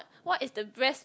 what is the best